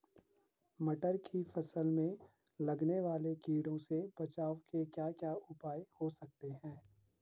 मटर की फसल में लगने वाले कीड़ों से बचाव के क्या क्या उपाय हो सकते हैं?